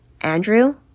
Andrew